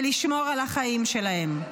ולשמור על החיים שלהם.